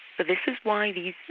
but this is why these